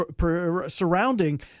surrounding